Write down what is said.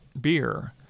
Beer